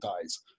dies